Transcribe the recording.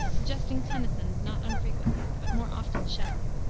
suggesting tennyson not unfrequently, but more often shelley.